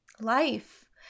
life